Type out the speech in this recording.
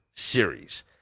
Series